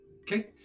Okay